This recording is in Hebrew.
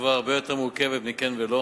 התשובה הרבה יותר מורכבת מ"כן" ו"לא".